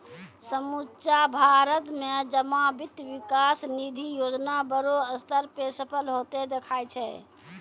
समुच्चा भारत मे जमा वित्त विकास निधि योजना बड़ो स्तर पे सफल होतें देखाय छै